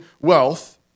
wealth